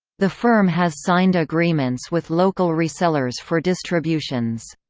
the firm has signed agreements with local resellers for distributions.